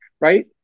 right